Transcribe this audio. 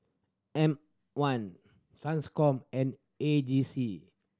M One Transcom and A J C